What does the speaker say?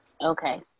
Okay